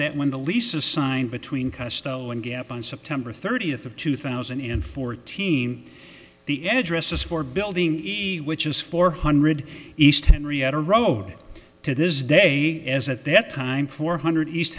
that when the lease is signed between custom one gap on september thirtieth of two thousand and fourteen the address is for building which is four hundred east henrietta road to this day as at that time four hundred east